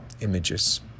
images